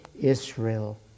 Israel